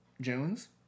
Jones